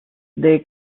they